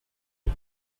aux